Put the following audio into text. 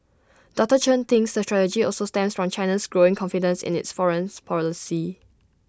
doctor Chen thinks the strategy also stems from China's growing confidence in its foreign policy